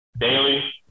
Daily